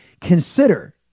consider